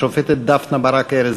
השופטת דפנה ברק-ארז,